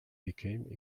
became